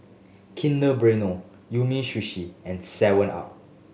Kinder Bueno Umisushi and seven up